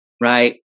right